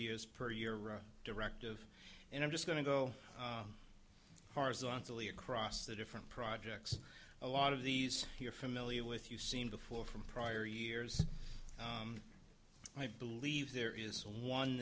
years per year directive and i'm just going to go horizontally across the different projects a lot of these here familiar with you seen before from prior years i believe there is one